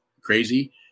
crazy